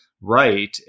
right